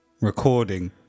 Recording